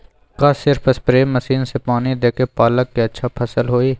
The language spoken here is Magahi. का सिर्फ सप्रे मशीन से पानी देके पालक के अच्छा फसल होई?